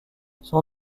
son